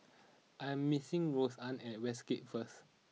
I'm meeting Roseann at Westgate first